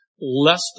less